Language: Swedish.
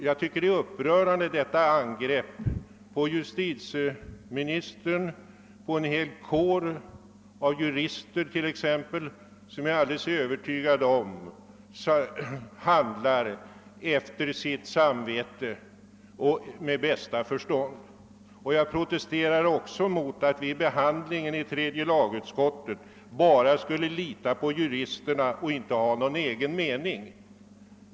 Jag finner det upprörande med detta angrepp på justitieministern och på en hel kår av jurister som — det är jag alldeles övertygad om — handlar efter sitt samvete och av bästa förstånd. Jag protesterar också mot påståendet att tredje lagutskottet vid sin behandling av ärendet bara skulle ha ilitat på juristerna och inte ha haft någon egen mening.